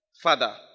Father